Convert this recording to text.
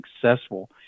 successful